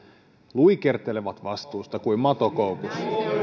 luikertelevat vastuusta kuin mato koukusta